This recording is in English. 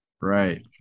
Right